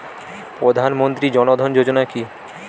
প্রধান মন্ত্রী জন ধন যোজনা কি?